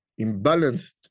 imbalanced